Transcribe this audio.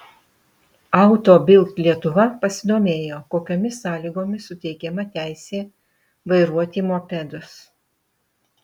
auto bild lietuva pasidomėjo kokiomis sąlygomis suteikiama teisė vairuoti mopedus